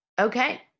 Okay